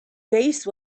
face